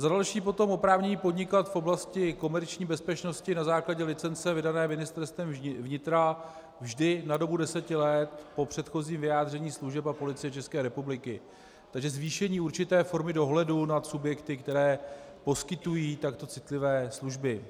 Za další potom oprávnění podnikat v oblasti komerční bezpečnosti na základě licence vydané Ministerstvem vnitra vždy na dobu deseti let po předchozím vyjádření služeb a Policie České republiky, takže zvýšení určité formy dohledu nad subjekty, které poskytují takto citlivé služby.